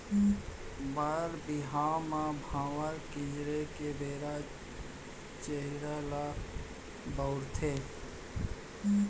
बर बिहाव म भांवर किंजरे के बेरा चरिहा ल बउरथे